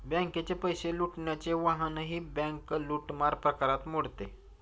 बँकेचे पैसे लुटण्याचे वाहनही बँक लूटमार प्रकारात मोडते